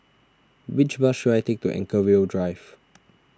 which bus should I take to Anchorvale Drive